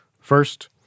first